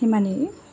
সিমানেই